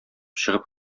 чыгып